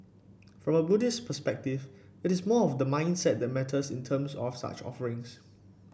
from a Buddhist perspective it is more of the mindset that matters in terms of such offerings